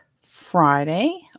Friday